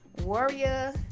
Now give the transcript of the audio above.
Warrior